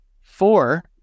Four